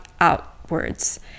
outwards